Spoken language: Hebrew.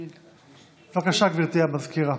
בבקשה, גברתי המזכירה.